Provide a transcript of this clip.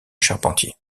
charpentier